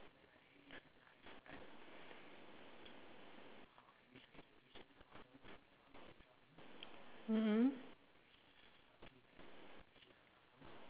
mm mm